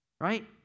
right